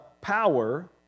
power